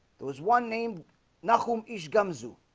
there was one name knock whom each gums, ooh